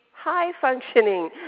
high-functioning